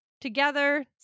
together